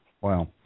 Wow